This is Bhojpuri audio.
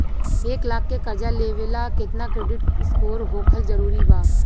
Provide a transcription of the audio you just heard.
एक लाख के कर्जा लेवेला केतना क्रेडिट स्कोर होखल् जरूरी बा?